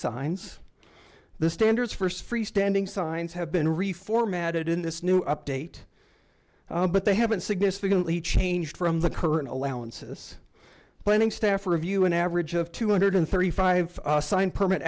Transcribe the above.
signs the standards first freestanding signs have been reformatted in this new update but they haven't significantly changed from the current allowances planning staff review an average of two hundred thirty five assigned permit